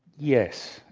yes,